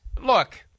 look—